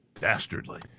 dastardly